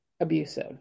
abusive